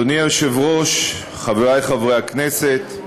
אדוני היושב-ראש, חבריי חברי הכנסת,